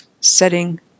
Setting